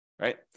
right